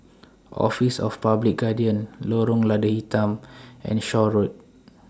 Office of The Public Guardian Lorong Lada Hitam and Shaw Road